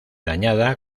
dañada